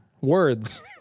Words